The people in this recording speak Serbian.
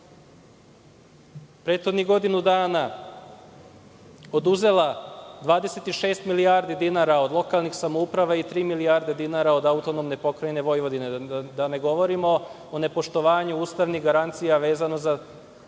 prethodnih godinu dana oduzela 26 milijardi dinara od lokalnih samouprava i tri milijarde dinara od AP Vojvodine? Da ne govorimo o nepoštovanju ustavnih garancija vezano za